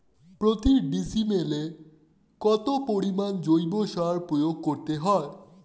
প্রতি ডিসিমেলে কত পরিমাণ জৈব সার প্রয়োগ করতে হয়?